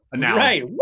right